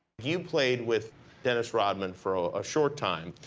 you played with dennis rodman for a short time.